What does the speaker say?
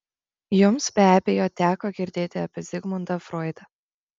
jums be abejo teko girdėti apie zigmundą froidą